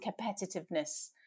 competitiveness